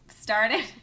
started